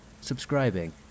subscribing